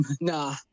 Nah